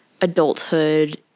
adulthood